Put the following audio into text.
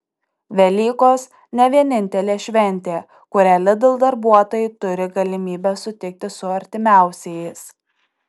velykos ne vienintelė šventė kurią lidl darbuotojai turi galimybę sutikti su artimiausiais